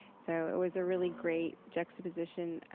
so it was a really great juxtaposition,